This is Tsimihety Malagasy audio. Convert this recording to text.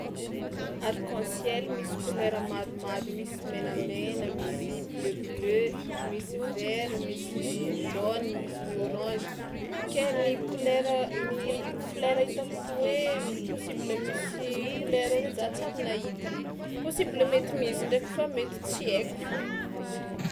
Arc-en-ciel misy kolera maromaro: misy menamena, misy bleu bleu, misy vert, misy jaune, misy ny orange; ke ny kolera ny folera hitako hoe possible misy kolera re za tsy ary nahita, possible mety misy ndraiky fa mety tsy haiko fao.